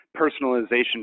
personalization